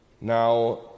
now